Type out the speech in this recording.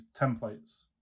templates